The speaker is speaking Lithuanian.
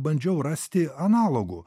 bandžiau rasti analogų